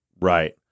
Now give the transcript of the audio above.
Right